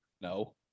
no